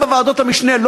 גם בוועדות המשנה,